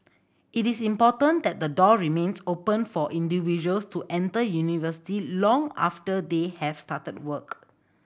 it is important that the door remains open for individuals to enter university long after they have started work